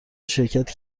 شرکتی